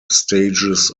stages